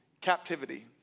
captivity